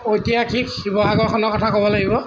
ঐতিহাসিক শিৱসাগৰখনৰ কথা ক'ব লাগিব